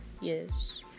Yes